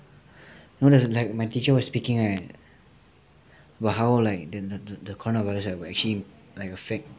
no that's like my teacher was speaking right about how like the corona virus will actually like affect